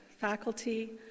faculty